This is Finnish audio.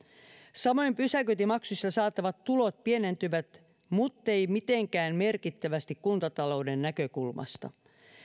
samoin pysäköintimaksuista saatavat tulot pienentyvät mutta eivät mitenkään merkittävästi kuntatalouden näkökulmasta